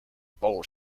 bowl